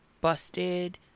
busted